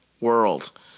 world